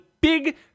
big